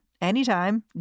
anytime